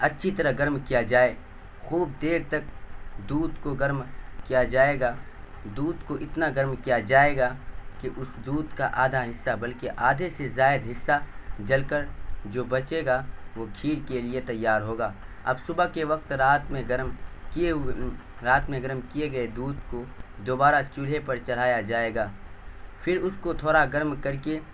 اچھی طرح گرم کیا جائے خوب دیر تک دودھ کو گرم کیا جائے گا دودھ کو اتنا گرم کیا جائے گا کہ اس دودھ کا آدھا حصہ بلکہ آدھے سے زائد حصہ جل کر جو بچے گا وہ کھیر کے لیے تیار ہوگا اب صبح کے وقت رات میں گرم کیے ہوئے رات میں گرم کیے گئے دودھ کو دوبارہ چولہے پر چڑھایا جائے گا پھر اس کو تھوڑا گرم کر کے